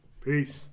peace